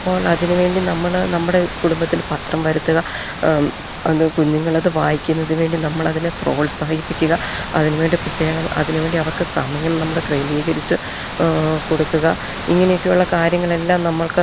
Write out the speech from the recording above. അപ്പോൾ അതിനു വേണ്ടി നമ്മൾ നമ്മുടെ കുടുംബത്തിൽ പത്രം വരുത്തുക അത് കുഞ്ഞുങ്ങളത് വായിക്കുന്നതിനു വേണ്ടി നമ്മളതിനെ പ്രോത്സാഹിപ്പിക്കുക അതിനു വേണ്ടി പ്രത്യേകം അതിനു വേണ്ടി അവർക്ക് സമയം നമ്മൾ ക്രമീകരിച്ച് കൊടുക്കുക ഇങ്ങനെയൊക്കെയുള്ള കാര്യങ്ങളെല്ലാം നമ്മൾക്ക്